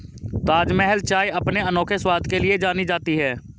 ताजमहल चाय अपने अनोखे स्वाद के लिए जानी जाती है